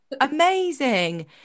Amazing